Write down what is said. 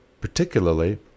particularly